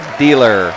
dealer